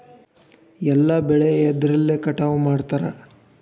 ಎಲ್ಲ ಬೆಳೆ ಎದ್ರಲೆ ಕಟಾವು ಮಾಡ್ತಾರ್?